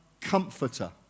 comforter